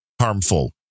harmful